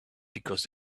because